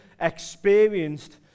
experienced